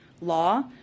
law